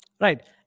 Right